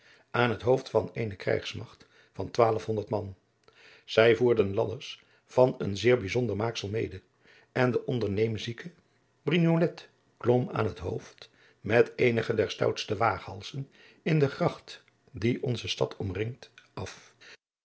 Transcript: aan het hoofd van eene krijgsmagt van twaalfhonderd man zij voerden ladders van een zeer bijzonder maaksel adriaan loosjes pzn het leven van maurits lijnslager mede en de onderneemzieke brignolet klom aan het hoofd met eenige der stoutste waaghalzen in de gracht die onze stad omringt af